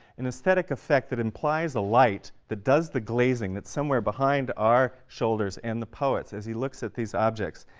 an aesthetic effect that implies a light that does the glazing, that's somewhere behind our shoulders and the poet's, as he looks at these objects,